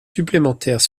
supplémentaires